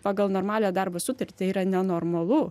pagal normalią darbo sutartį yra nenormalu